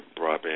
broadband